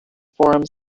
forum